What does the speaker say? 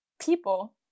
people